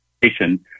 patient